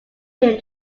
him